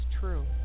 true